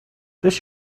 this